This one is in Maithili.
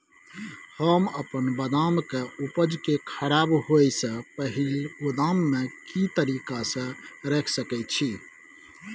हम अपन बदाम के उपज के खराब होय से पहिल गोदाम में के तरीका से रैख सके छी?